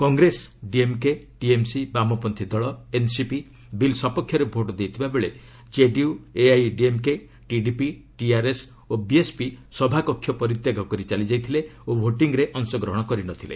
Congress DMK TMC ବାମପନ୍ତ୍ରୀ ଦଳ ଓ ଏନ୍ସିପି ବିଲ୍ ବିପକ୍ଷରେ ଭୋଟ୍ ଦେଇଥିବାବେଳେ କେଡିୟୁ ଏଆଇଏଡିଏମ୍କେ ଟିଡିପି ଟିଆର୍ଏସ୍ ଓ ବିଏସ୍ପି ସଭାକକ୍ଷ ପରିତ୍ୟାଗ କରି ଚାଲିଯାଇଥିଲେ ଓ ଭୋଟିଂରେ ଅଂଶଗ୍ରହଣ କରି ନ ଥିଲେ